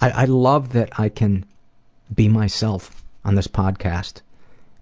i i love that i can be myself on this podcast